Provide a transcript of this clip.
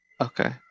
okay